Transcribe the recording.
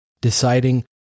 deciding